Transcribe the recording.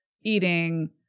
eating